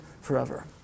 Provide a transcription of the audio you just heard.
forever